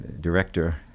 director